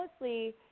mostly